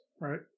right